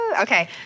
Okay